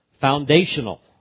foundational